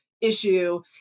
issue